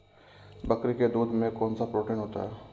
बकरी के दूध में कौनसा प्रोटीन होता है?